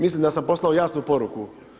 Mislim da sam poslao jasnu poruku.